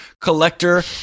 collector